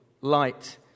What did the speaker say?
light